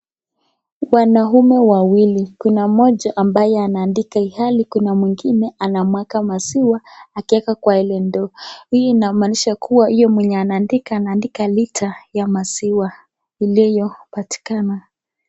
Wanaume wawili kuna mmoja ambaye anaandika ilhali kuna mwingine anamwaga maziwa akieka kwa ile ndoo. Hii inamaanisha kuwa huyo mwenye anaandika anaandika lita ya maziwa iliyopatikana.